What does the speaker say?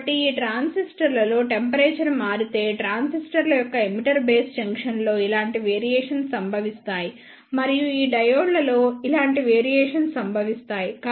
కాబట్టి ఈ ట్రాన్సిస్టర్లలో టెంపరేచర్ మారితే ట్రాన్సిస్టర్ల యొక్క ఎమిటర్ బేస్ జంక్షన్లో ఇలాంటి వేరియేషన్స్ సంభవిస్తాయి మరియు ఈ డయోడ్లలో ఇలాంటి వేరియేషన్స్ సంభవిస్తాయి